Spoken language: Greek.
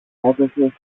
έπεσε